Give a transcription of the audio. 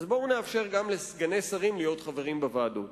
אז בואו נאפשר גם לסגני שרים להיות חברים בוועדות.